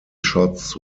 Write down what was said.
shots